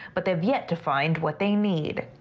but they've yet to find what they need.